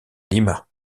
lima